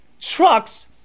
trucks